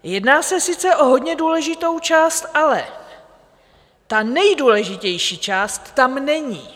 Jedná se sice o hodně důležitou část, ale ta nejdůležitější část tam není.